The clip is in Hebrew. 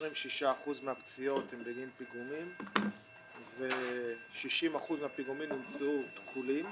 26% מהפציעות הן בגין פיגומים ו-60% מהפיגומים נמצאו תקולים.